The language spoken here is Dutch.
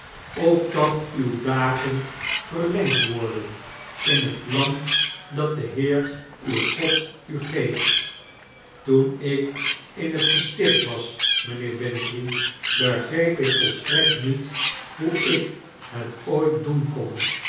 opdat uwe dagen verlengd worden in het land dat de heer uw god u geeft toen ik in het gesticht was mynheer bintrey begreep ik volstrekt niet hoe ik het ooit doen kon